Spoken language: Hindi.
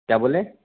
क्या बोले